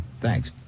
Thanks